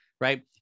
right